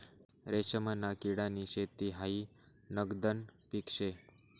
रेशीमना किडानी शेती हायी नगदनं पीक शे